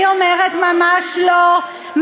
אני אומרת, ממש לא.